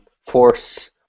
force